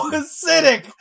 acidic